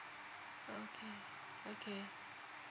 okay okay